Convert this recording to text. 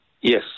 Yes